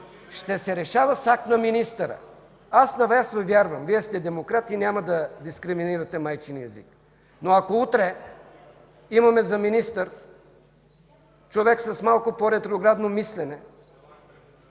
ще се решава с акт на министъра. Аз на Вас Ви вярвам – Вие сте демократ и няма да дискриминирате майчиния език. Но ако утре имаме за министър човек с малко по-ретроградно мислене...